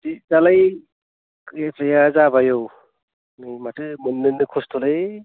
दि दालाय एप्लाया जाबाय औ नै माथो मोन्नोनो खस्थ'लै